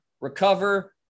recover